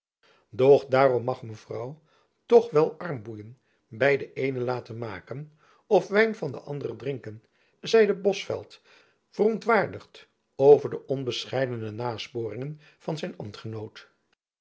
daarom mag mevrouw toch wel armboeien by den eenen laten maken of wijn van den anderen drinken zeide bosveldt verontwaardigd over de onbescheidene nasporingen van zijn ambtgenoot